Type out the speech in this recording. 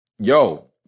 Yo